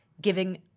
giving –